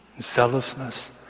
zealousness